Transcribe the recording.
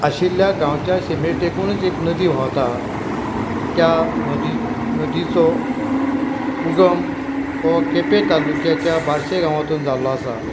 आशिल्ल्या गांवच्या शिमे तेंकुनूच एक नदी व्हांवता त्या नदीचो उगम हो केपें तालुक्याच्या बारशें गांवांतून जाल्लो आसा